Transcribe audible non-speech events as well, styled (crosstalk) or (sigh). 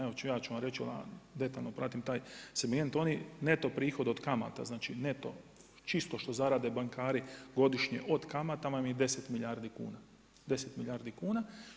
Evo ja ću vam reći, detaljno pratim taj … (unintelligible) oni neto prihod od kamata, znači neto, čisto što zarade bankari godišnje od kamata vam je 10 milijardi kuna.